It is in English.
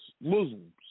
Muslims